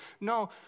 No